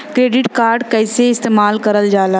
Credit card कईसे इस्तेमाल करल जाला?